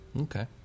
Okay